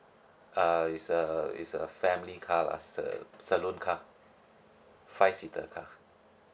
uh it's a it's a family car lah sa~ saloon car five seater car